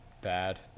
bad